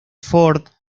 ford